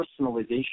personalization